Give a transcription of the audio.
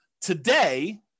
Today